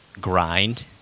grind